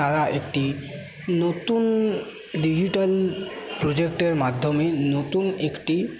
তারা একটি নতুন ডিজিটাল প্রজেক্টের মাধ্যমে নতুন একটি